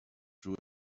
drew